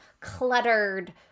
cluttered